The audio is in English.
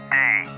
day